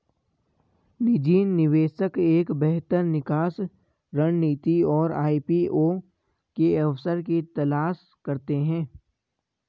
निजी निवेशक एक बेहतर निकास रणनीति और आई.पी.ओ के अवसर की तलाश करते हैं